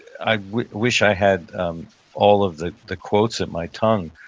i wish wish i had all of the the quotes at my tongue,